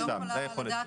זו הייחודיות שלה.